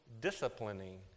disciplining